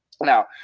Now